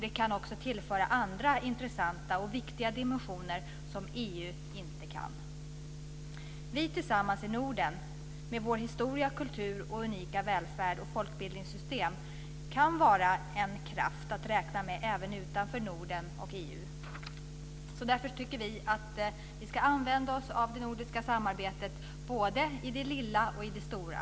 Det kan också tillföra andra intressanta och viktiga dimensioner som EU inte kan bidra med. Vi tillsammans i Norden med vår historia, kultur, vår unika välfärd och vårt folkbildningssystem kan vara en kraft att räkna med även utanför Norden och EU. Därför tycker vi att Sverige ska använda sig av det nordiska samarbetet både i det lilla och i det stora.